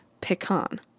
pecan